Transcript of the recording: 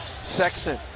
Sexton